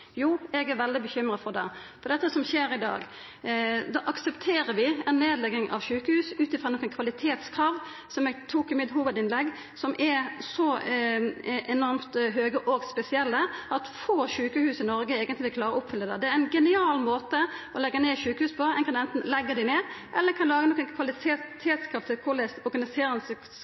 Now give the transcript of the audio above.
Jo, eg er veldig bekymra for det. Det som skjer i dag, er at vi aksepterer ei nedlegging av sjukehus ut frå nokre kvalitetskrav, som eg sa i mitt hovudinnlegg, som er så enormt høge og spesielle at få sjukehus i Noreg eigentleg vil klara å oppfylla dei. Det er ein genial måte å leggja ned sjukehus på. Ein kan anten leggja dei ned, eller ein kan laga nokre kvalitetskrav til korleis